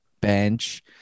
bench